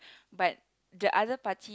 but the other party